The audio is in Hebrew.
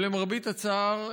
למרבה הצער,